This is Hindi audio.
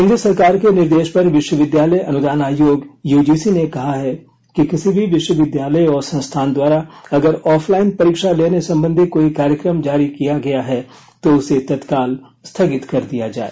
केंद्र सरकार के निर्देश पर विश्वविद्यालय अनुदान आयोग यूजीसी ने कहा है कि किसी भी विश्वविद्यालय और संस्थान द्वारा अगर ऑफलाइन परीक्षा लेने संबंधी कोई कार्यक्रम जारी किया गया है तो उसे तत्काल स्थगित कर दिया जाए